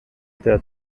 der